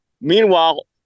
Meanwhile